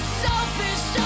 selfish